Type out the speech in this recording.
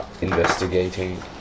investigating